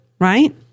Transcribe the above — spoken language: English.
right